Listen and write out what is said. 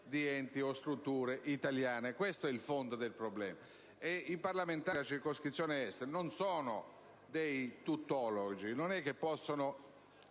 di enti o strutture italiane. Questo è il fondo del problema. I parlamentari della circoscrizione Estero non sono dei tuttologi: come potete